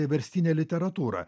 verstinę literatūrą